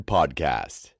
Podcast